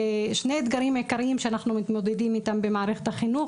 שני אתגרים עיקריים שאנחנו מתמודדים איתם במערכת החינוך,